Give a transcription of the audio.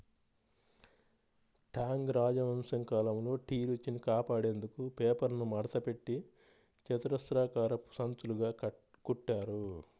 Tang రాజవంశం కాలంలో tea రుచిని కాపాడేందుకు పేపర్ను మడతపెట్టి చతురస్రాకారపు సంచులుగా కుట్టారు